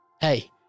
Hey